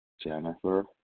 Jennifer